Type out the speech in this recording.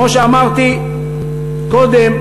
כמו שאמרתי קודם,